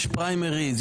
יש פריימריז,